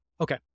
Okay